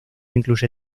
incluye